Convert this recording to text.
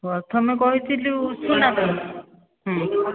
ପ୍ରଥମେ କହିଥିଲୁ ଉଷୁନା ପାଇଁ ହୁଁ